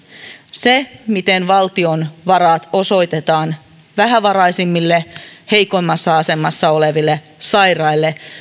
se miten valtion varat osoitetaan vähävaraisimmille heikoimmassa asemassa oleville sairaille